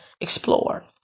explore